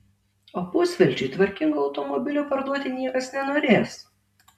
o pusvelčiui tvarkingo automobilio parduoti niekas nenorės